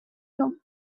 talk